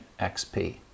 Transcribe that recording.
XP